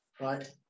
right